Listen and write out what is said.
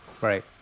Right